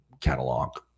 catalog